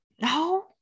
No